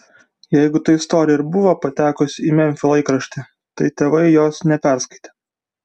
jeigu ta istorija ir buvo patekusi į memfio laikraštį tai tėvai jos neperskaitė